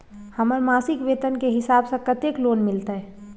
हमर मासिक वेतन के हिसाब स कत्ते लोन मिलते?